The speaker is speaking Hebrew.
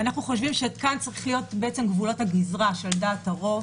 אנחנו חושבים שכאן צריכים להיות גבולות הגזרה של דעת הרוב,